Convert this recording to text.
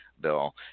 Bill